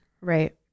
Right